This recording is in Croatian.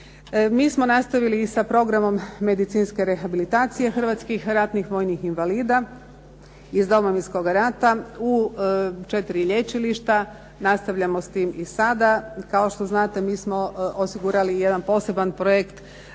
Mi smo nastavili i sa programom medicinske rehabilitacije hrvatskih ratnih vojnih invalida iz Domovinskoga rata u 4 lječilišta. Nastavljamo s tim i sada. Kao što znate, mi smo osigurali jedan poseban projekt